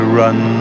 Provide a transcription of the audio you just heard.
run